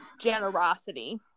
generosity